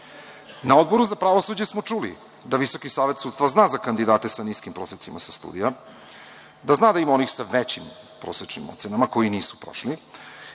Odboru za pravosuđe smo čuli da Visoki savet sudstva zna za kandidate sa niskim prosecima sa studija, da zna da ima onih sa većim prosečnim ocenama koji nisu prošli,